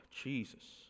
Jesus